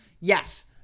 Yes